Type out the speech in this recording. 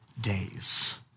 days